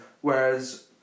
Whereas